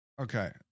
Okay